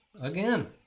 again